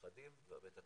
הנכדים ובית הכנסת.